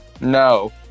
no